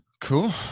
cool